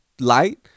light